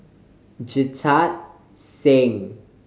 Jita Singh